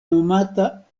nomata